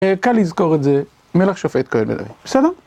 קל לזכור את זה, מלך שופט כהן בדרך. בסדר?